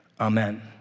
Amen